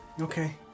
Okay